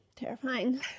terrifying